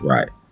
Right